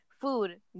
food